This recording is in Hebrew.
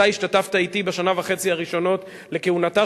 אתה השתתפת אתי בשנה וחצי הראשונות לכהונתה